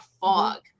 fog